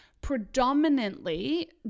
predominantly